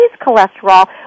cholesterol